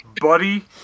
buddy